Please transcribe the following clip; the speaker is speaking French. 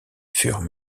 furent